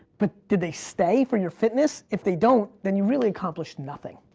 but did they stay for your fitness? if they don't, then you really accomplished nothing.